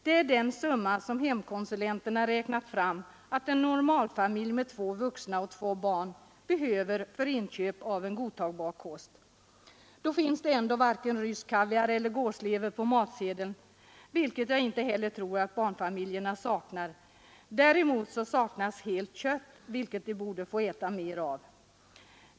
Det är den summa som hemkonsulenterna räknat fram att en normalfamilj med två vuxna och två barn behöver för inköp av en godtagbar kost. Då finns det ändå varken rysk kaviar eller gåslever på matsedeln, något som jag inte heller tror att barnfamiljerna har behov av. Något som däremot saknas helt är kött, vilket de borde få äta mer av.